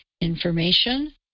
information